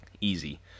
Easy